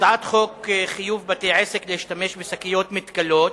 הצעת חוק חיוב בתי-עסק להשתמש בשקיות מתכלות.